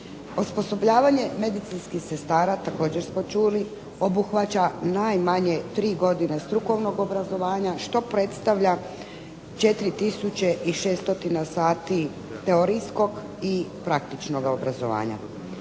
Osposobljavanje medicinskih sestara također smo čuli obuhvaća najmanje tri godine strukovnog obrazovanja što predstavlja 4600 sati teorijskog i praktičnoga obrazovanja.